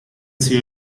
zio